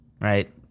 right